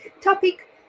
Topic